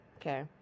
okay